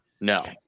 No